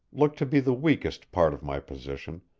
looked to be the weakest part of my position,